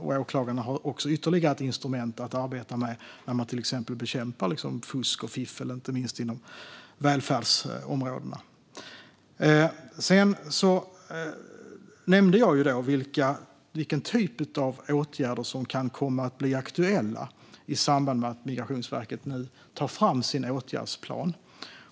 och åklagarna har ytterligare ett instrument att arbeta med för att till exempel bekämpa fusk och fiffel, inte minst inom välfärdsområdena. Sedan nämnde jag vilken typ av åtgärder som kan komma att bli aktuella i samband med att Migrationsverket nu tar fram sin åtgärdsplan.